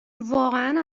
واقعا